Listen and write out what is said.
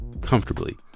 comfortably